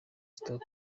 stop